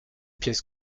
pièce